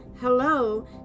hello